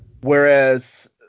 whereas